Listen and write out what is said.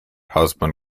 husband